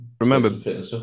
Remember